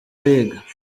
wiga